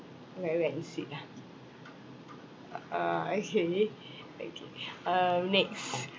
wet wet and sit ah uh okay okay uh next